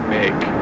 make